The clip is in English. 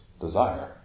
desire